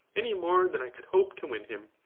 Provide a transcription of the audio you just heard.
any more than i could hope to win him.